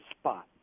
spot